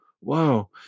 wow